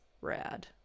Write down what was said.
rad